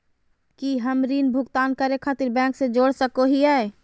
की हम ऋण भुगतान करे खातिर बैंक से जोड़ सको हियै?